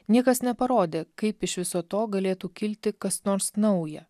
niekas neparodė kaip iš viso to galėtų kilti kas nors nauja